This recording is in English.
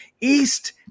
East